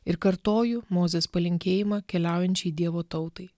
ir kartoju mozės palinkėjimą keliaujančiai dievo tautai